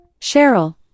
Cheryl